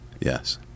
Yes